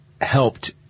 helped